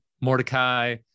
Mordecai